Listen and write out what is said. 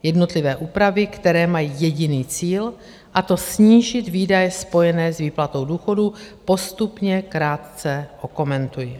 Jednotlivé úpravy, které mají jediný cíl, a to snížit výdaje spojené s výplatou důchodů, postupně krátce okomentuji.